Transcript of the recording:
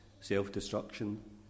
self-destruction